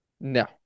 No